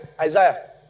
Isaiah